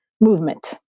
movement